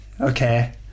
Okay